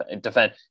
defend